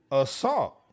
assault